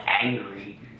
angry